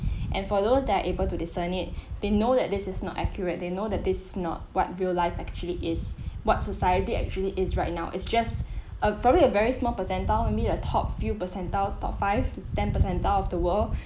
and for those that are able to discern it they know that this is not accurate they know that this not what real life actually is what society actually is right now it's just a probably a very small percentile amid a top few percentile top five to ten percentile of the world